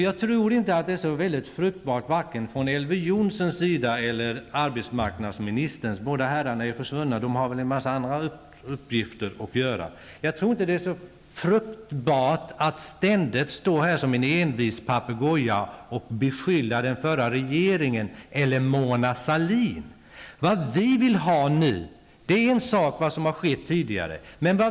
Jag tror inte att det är så fruktbart att ständigt, som en envis papegoja, beskylla den förra regeringen eller Mona Sahlin. Nu har både Elver Jonsson och arbetsmarknadsministern försvunnit. Herrarna har väl många andra uppgifter. Vad som har skett tidigare är en sak.